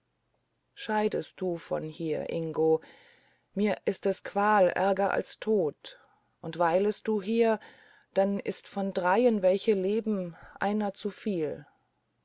scheidest du von hier ingo mir ist es qual ärger als tod und weilest du dann ist von dreien welche leben einer zuviel